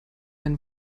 ein